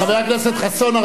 חבר הכנסת חסון,